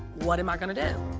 what am i gonna do?